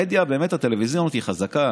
באמת המדיה הטלוויזיונית היא חזקה.